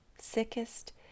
sickest